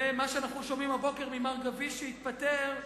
ומה שאנחנו שומעים הבוקר הוא שמר גביש, שהתפטר,